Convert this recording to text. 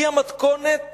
היא המתכונת